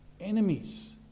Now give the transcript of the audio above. Enemies